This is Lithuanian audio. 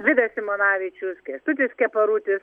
vidas simonavičius kęstutis keparutis